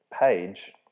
page